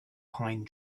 pine